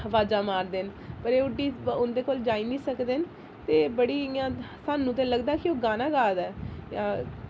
अवाजां मारदे न पर एह् उड्ढी उं'दे कोल जाई नी सकदे न ते बड़ी इयां सानू ते लगदा कि ओह् गाना गा दा ऐ